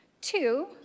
Two